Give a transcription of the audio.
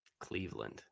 Cleveland